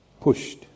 pushed